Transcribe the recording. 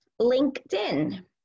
LinkedIn